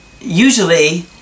Usually